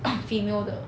female 的